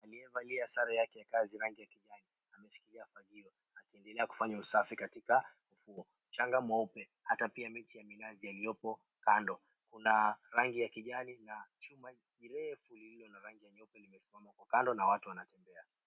Aliyevalia sare yake ya kazi rangi ya kijani ameshikilia fagio akiendelea kufanya usafi katika ufuo. Mchanga mweupe, hata pia miti ya minazi yaliyopo kando. Kuna rangi ya kijani na chuma jirefu lililo la rangi ya nyeupe limesimama kwa kando na watu wanatembea.